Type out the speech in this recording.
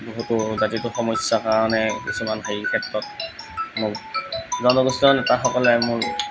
বহুতো জাতিটোৰ সমস্যাৰ কাৰণে কিছুমান হেৰি এই ক্ষেত্ৰত মোক জনগোষ্ঠীয় নেতাসকলে মোৰ